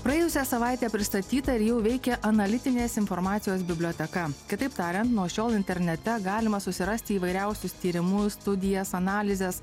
praėjusią savaitę pristatyta ir jau veikia analitinės informacijos biblioteka kitaip tariant nuo šiol internete galima susirasti įvairiausius tyrimus studijas analizes